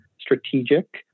strategic